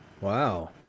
Wow